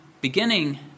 beginning